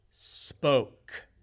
spoke